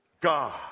God